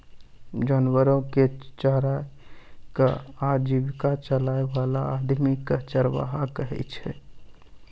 जानवरो कॅ चराय कॅ आजीविका चलाय वाला आदमी कॅ चरवाहा कहै छै